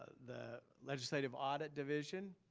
the legislative audit division,